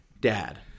dad